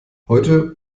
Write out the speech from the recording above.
heute